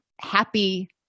happy